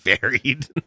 varied